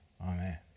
Amen